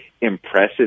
impressive